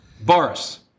Boris